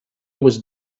was